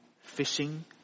fishing